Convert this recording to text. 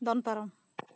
ᱫᱚᱱ ᱯᱟᱨᱚᱢ